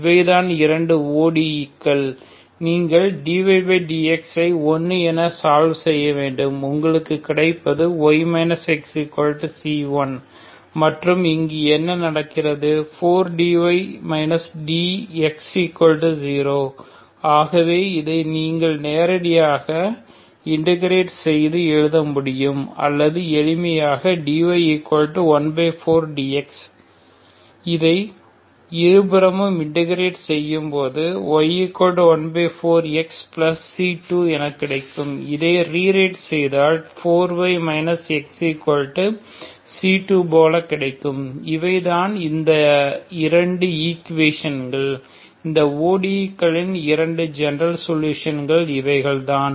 இவைதான் இரண்டு ODE's நீங்கள்dydx1 ஐ சால்வ் செய்ய வேண்டும் உங்களுக்கு கிடைப்பது y x C1 மற்றும் இங்கு என்ன நடக்கிறது 4dy dx0 ஆகவே இதை நீங்கள் நேரடியாக இன்டெகிரெட் செய்து எழுத முடியும் அல்லது எளிமையாக dy 14dx இதை இரு புறமும் இன்டெகிரெட் செய்ய y14xC2 என கிடைக்கும் இதை ரீ ரைட் செய்தால் 4y x C2போல கிடைக்கும் இவை தான் இந்த இரண்டு ஈக்குவேஷங்கள் இந்த ODE களின் இரண்டு ஜெனரல் சோலுஷன் இவைகள் தான்